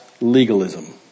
legalism